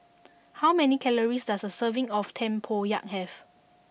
how many calories does a serving of Tempoyak have